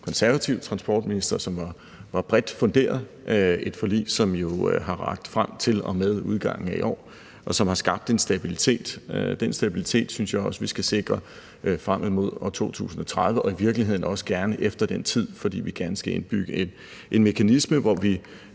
konservativ transportminister. Det er et forlig, som jo har rakt frem til og med udgangen af i år, og som har skabt en stabilitet. Den stabilitet synes jeg også at vi skal sikre frem mod år 2030 og i virkeligheden også gerne efter den tid, for vi skulle gerne indbygge en mekanisme, så vi